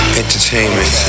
entertainment